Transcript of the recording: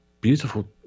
beautiful